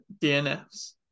DNFs